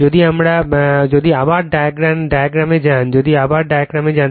যদি আবার ডায়াগ্রামে যান যদি আবার ডায়াগ্রামে যান